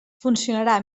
funcionarà